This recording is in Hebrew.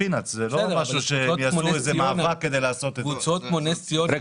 זה לא משהו שהם יעשו איזה מאבק כדי לעשות --- אדוני,